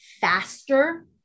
faster